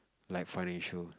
like financial